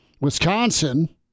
Wisconsin